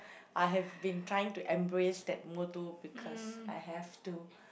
I have been trying to embrace that motto because I have to